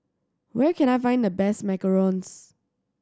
where can I find the best macarons